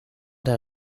der